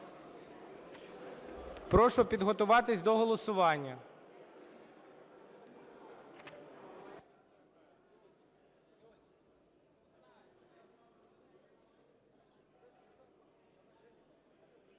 Прошу підготуватись до голосування.